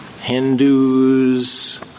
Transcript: Hindus